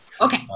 Okay